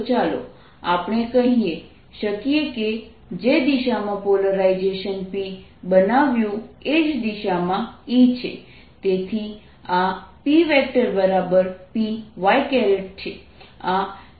તો ચાલો આપણે કહી શકીએ કે જે દિશામાં પોલરાઇઝેશન P બનાવ્યું એ જ દિશામાં E છે તેથી આ PPy છે